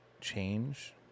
change